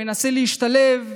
מנסה להשתלב,